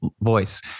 voice